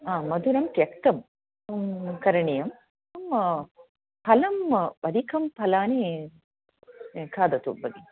आ मधुरं त्यक्तं करणीयं फलम् अधिकं फलानि खादतु भगिनि